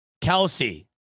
Kelsey